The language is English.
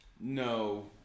No